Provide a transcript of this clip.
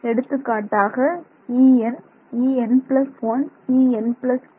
எடுத்துக்காட்டாக En En1 En2